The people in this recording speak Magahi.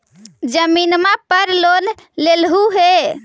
जमीनवा पर लोन लेलहु हे?